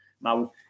Now